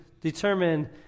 determine